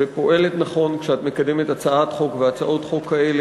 ופועלת נכון כשאת מקדמת הצעות חוק כאלה.